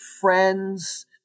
friends